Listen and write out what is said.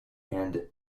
and